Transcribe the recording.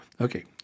okay